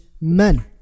men